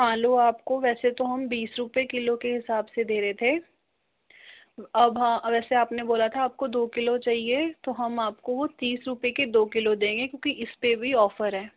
आलू आपको वैसे तो हम बीस रुपए किलो के हिसाब से दे रहे थे अब हाँ वैसे आपने बोला था आपको दो किलो चाहिए तो हम आपको तीस रुपए के दो किलो देंगे क्योंकि इस पे भी ऑफर है